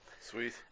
Sweet